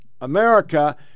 America